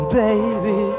baby